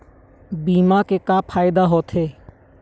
बीमा के का फायदा होते?